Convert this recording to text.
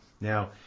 now